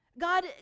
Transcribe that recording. God